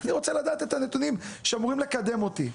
אני רוצה לדעת את הנתונים שאמורים לקדם אותי.